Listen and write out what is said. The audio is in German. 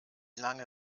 lange